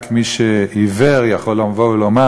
רק מי שעיוור יכול לבוא ולומר